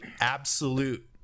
absolute